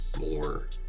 more